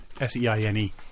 S-E-I-N-E